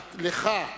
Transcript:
לך,